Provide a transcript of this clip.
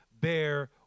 bear